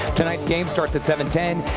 tonight's game starts at seven ten,